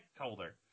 holder